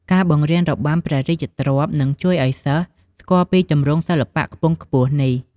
ការបង្រៀនរបាំព្រះរាជទ្រព្យនឹងជួយឱ្យសិស្សស្គាល់ពីទម្រង់សិល្បៈខ្ពង់ខ្ពស់នេះ។